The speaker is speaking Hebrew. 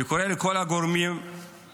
אני קורא לכל הגורמים הממשלתיים,